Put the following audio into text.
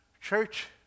Church